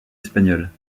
espagnole